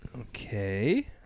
Okay